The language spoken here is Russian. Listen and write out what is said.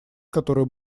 которое